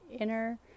inner